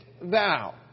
thou